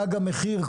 תג המחיר,